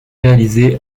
réalisé